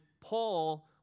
Paul